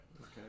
okay